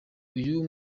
uyu